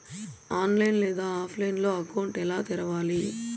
online లేదా ఆఫ్లైన్లో account ఎలా తెరవాలి